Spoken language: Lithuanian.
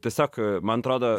tiesiog man atrodo